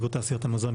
איגוד תעשיות המזון,